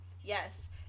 Yes